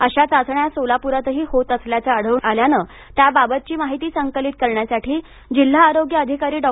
अशा चाचण्या सोलापूरातही होत असल्याचं आढळून आल्यानं त्या बाबतची माहिती संकलित करण्यासाठी जिल्हा आरोग्य अधिकारी डॉ